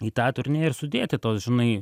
į tą turinį ir sudėti tuos žinai